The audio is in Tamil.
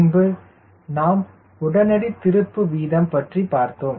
பின்பு நாம் உடனடி திருப்பு வீதம் பற்றி பார்த்தோம்